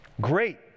Great